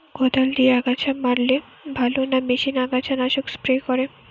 কদাল দিয়ে আগাছা মারলে ভালো না মেশিনে আগাছা নাশক স্প্রে করে?